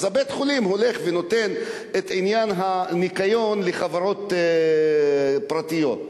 אז בית-החולים נותן את עניין הניקיון לחברות פרטיות.